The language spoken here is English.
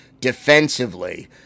defensively